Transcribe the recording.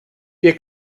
wir